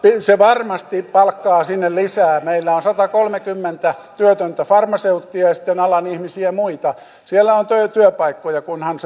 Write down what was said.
se varmasti palkkaa sinne lisää meillä on satakolmekymmentä työtöntä farmaseuttia ja ja sitten alan ihmisiä muita siellä on työpaikkoja kunhan